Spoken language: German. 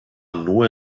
nur